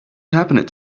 happened